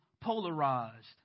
polarized